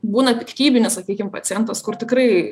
būna piktybinis sakykim pacientas kur tikrai